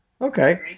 okay